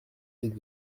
est